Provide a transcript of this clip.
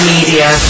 Media